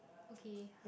okay